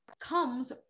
comes